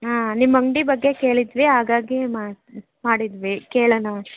ಆಂ ನಿಮ್ಮ ಅಂಗಡಿ ಬಗ್ಗೆ ಕೇಳಿದ್ದೀವಿ ಹಾಗಾಗಿ ಮಾ ಮಾಡಿದ್ದೀವಿ ಕೇಳೋಣ